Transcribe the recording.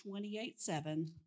28.7